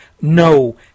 no